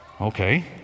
Okay